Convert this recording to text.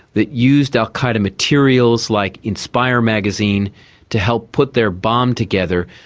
that used al qaeda materials like inspire magazine to help put their bomb together.